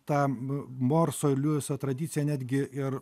tam nu borso liuiso tradiciją netgi ir